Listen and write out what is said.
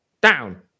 down